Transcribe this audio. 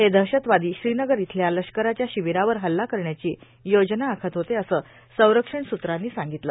हे दहशतवादो श्रीनगर इथल्या लष्कराच्या र्शाबरावर हल्ला करण्याची योजना आखत होते असं संरक्षण सूत्रांनी सांगगतलं